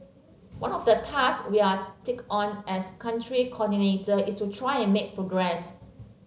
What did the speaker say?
one of the tasks we are take on as Country Coordinator is to try and make progress